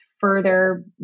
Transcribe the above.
further